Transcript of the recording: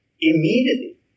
immediately